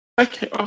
Okay